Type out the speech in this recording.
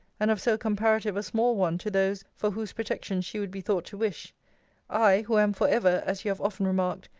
and of so comparative a small one to those for whose protection she would be thought to wish i, who am for ever, as you have often remarked,